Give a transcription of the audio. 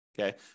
okay